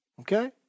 Okay